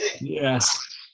Yes